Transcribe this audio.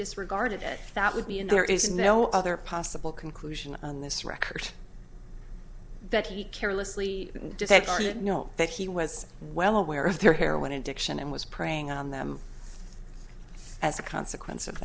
disregarded it that would be in there is no other possible conclusion on this record that he carelessly just ignored it know that he was well aware of their heroin addiction and was preying on them as a consequence of